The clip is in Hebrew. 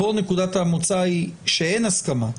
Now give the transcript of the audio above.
פה נקודת המוצא היא שאין הסכמה.